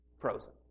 Frozen